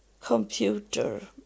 computer